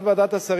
השר